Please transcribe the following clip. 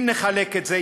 אם נחלק את זה,